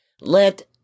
let